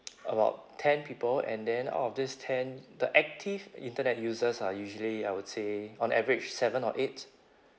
about ten people and then out of these ten the active internet users are usually I would say on average seven or eight